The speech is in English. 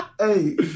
Hey